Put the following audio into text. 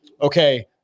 okay